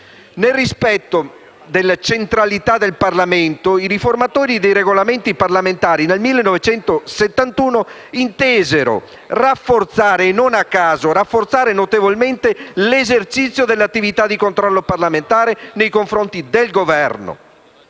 nel rispetto della centralità del Parlamento, i riformatori dei Regolamenti parlamentari, nel 1971, intesero rafforzare notevolmente» - e non a caso - «l'esercizio dell'attività di controllo parlamentare nei confronti del Governo.